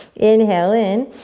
inhale in.